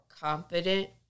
confident